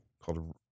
called